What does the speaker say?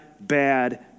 bad